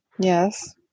Yes